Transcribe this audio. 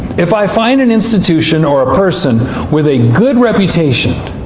if i find an institution or person with a good reputation,